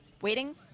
waiting